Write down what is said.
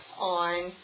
on